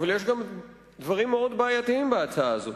אבל יש גם דברים מאוד בעייתיים בהצעה הזאת.